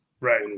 right